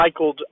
recycled